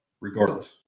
regardless